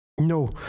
No